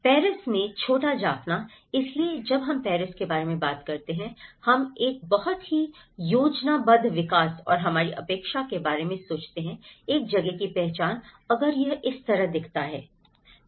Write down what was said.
Paris में छोटा जाफना इसलिए जब हम पेरिस के बारे में बात करते हैं हम एक बहुत ही योजनाबद्ध विकास और हमारी अपेक्षा के बारे में सोचते हैं एक जगह की पहचान अगर यह इस तरह दिखता है